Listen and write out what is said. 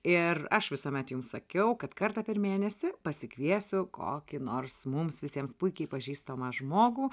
ir aš visuomet jums sakiau kad kartą per mėnesį pasikviesiu kokį nors mums visiems puikiai pažįstamą žmogų